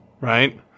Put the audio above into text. right